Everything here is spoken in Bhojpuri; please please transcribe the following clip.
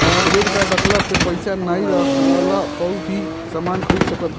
क्रेडिट कार्ड रखला पे पईसा नाइ रहला पअ भी समान खरीद सकत हवअ